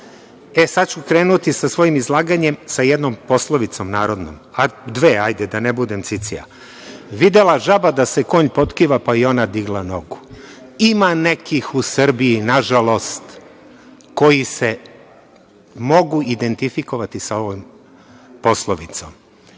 ću krenuti sa svojim izlaganjem, sa jednom poslovicom narodnom, dve, hajde, da ne budem cicija – videla žaba da se konj potkiva, pa i onda digla nogu. Ima nekih u Srbiji nažalost, koji se mogu identifikovati sa ovom poslovicom.